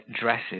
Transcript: dresses